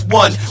one